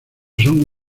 son